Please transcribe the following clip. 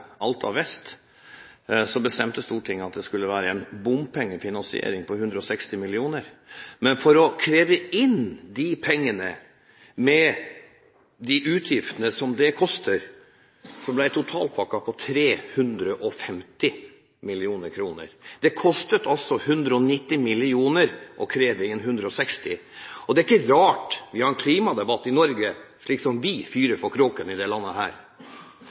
Alta vest, bestemte Stortinget at det skal være en bompengefinansiering på 160 mill. kr. Men for å kreve inn de pengene med de kostnadene det innebærer, blir totalpakken på 350 mill. kr. Det koster altså 190 mill. kr å kreve inn 160 mill. kr. Det er ikke rart vi har en klimadebatt i Norge slik vi fyrer for kråkene i dette landet.